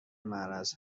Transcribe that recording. معرض